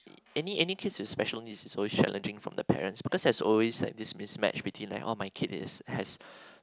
any any kids in special needs is always challenging from the parents because there's always have this mix match between like oh my kid is has